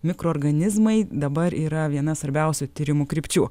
mikroorganizmai dabar yra viena svarbiausių tyrimų krypčių